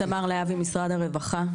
תמר להבי, משרד הרווחה.